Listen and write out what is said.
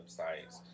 sites